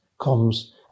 comes